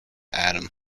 adam